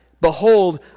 Behold